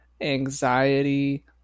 anxiety